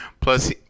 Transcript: Plus